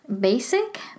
basic